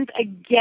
again